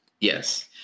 Yes